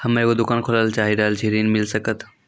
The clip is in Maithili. हम्मे एगो दुकान खोले ला चाही रहल छी ऋण मिल सकत?